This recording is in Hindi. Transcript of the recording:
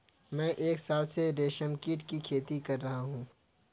मैं एक साल से रेशमकीट की खेती कर रहा हूँ